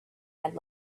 had